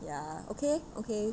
ya okay okay